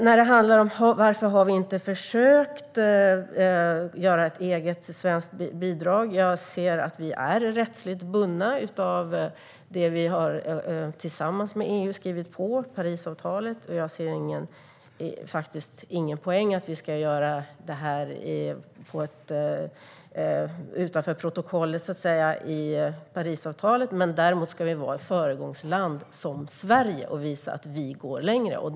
När det handlar om varför vi inte har försökt få till stånd ett eget svenskt bidrag är vi rättsligt bundna av Parisavtalet, som vi har skrivit på tillsammans med EU. Jag ser ingen poäng med att göra detta utanför protokollet i Parisavtalet, men däremot ska Sverige vara ett föregångsland och visa att vi går längre.